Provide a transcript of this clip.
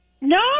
No